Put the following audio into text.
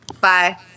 Bye